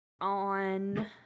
on